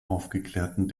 aufgeklärten